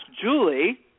Julie